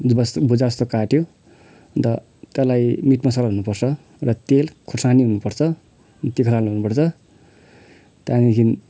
भुजा जस्तो भुजा जस्तो काट्यो अन्त त्यसलाई मिट मसला हुनुपर्छ र तेल खोर्सानी हुनुपर्छ अनि तिखालाल हुनुपर्छ त्यहाँदेखि